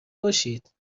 باشید